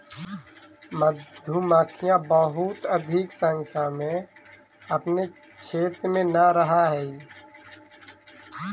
मधुमक्खियां बहुत अधिक संख्या में अपने क्षेत्र में न रहअ हई